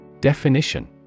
Definition